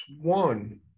One